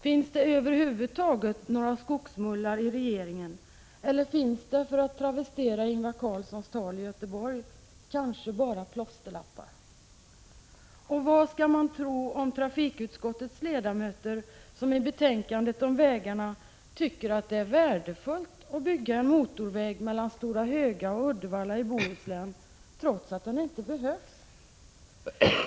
Finns det över huvud taget några Skogsmullar i regeringen eller finns det — för att travestera Ingvar Carlssons tal i Göteborg — kanske bara plåsterlappar? Och vad skall man tro om trafikutskottets ledamöter, som i betänkandet om vägarna anför att de tycker att det är värdefullt att bygga en motorväg mellan Stora Höga och Uddevalla i Bohuslän trots att det inte behövs?